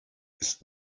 ist